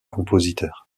compositeur